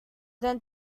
then